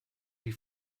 die